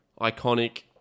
iconic